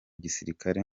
gisirikare